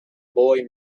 boy